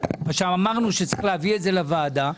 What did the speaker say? אמרנו שצריך להביא את זה לוועדה,